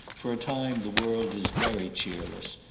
for a time the world is very cheerless,